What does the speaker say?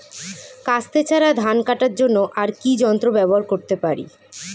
কাস্তে ছাড়া ধান কাটার জন্য আর কি যন্ত্র ব্যবহার করতে পারি?